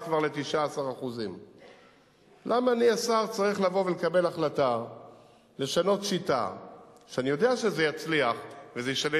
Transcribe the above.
10% מהם סוג 1 ו-90% זה סוג